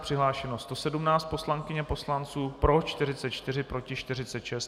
Přihlášeno 117 poslankyň a poslanců, pro 44, proti 46.